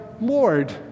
Lord